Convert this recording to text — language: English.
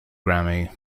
grammy